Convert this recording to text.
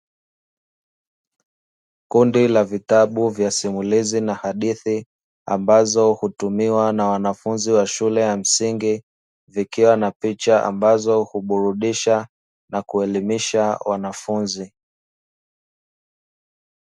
Kundi la vitabu vya simulizi na hadithi ambazo hutumiwa na wanafunzi wa shule ya msingi, zikiwa na picha ambazo huburudisha na kuelimisha wanafunzi.